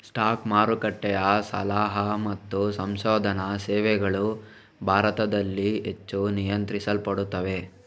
stock ಮಾರುಕಟ್ಟೆಯ ಸಲಹಾ ಮತ್ತು ಸಂಶೋಧನಾ ಸೇವೆಗಳು ಭಾರತದಲ್ಲಿ ಹೆಚ್ಚು ನಿಯಂತ್ರಿಸಲ್ಪಡುತ್ತವೆ